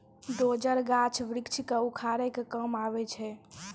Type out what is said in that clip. dozer, गाछ वृक्ष क उखाड़े के काम आवै छै